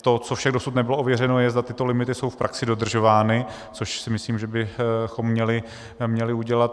To, co však dosud nebylo ověřeno, je, zda tyto limity jsou v praxi dodržovány, což si myslím, že bychom měli udělat.